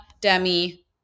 Demi